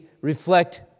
reflect